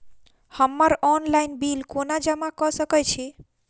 हम्मर online bill कोना जमा कऽ सकय छी?